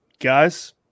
guys